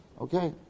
Okay